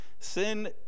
Sin